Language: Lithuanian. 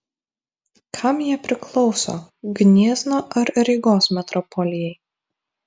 kam jie priklauso gniezno ar rygos metropolijai